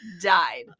died